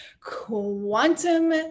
quantum